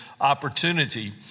opportunity